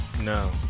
No